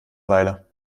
weile